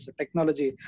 technology